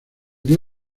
día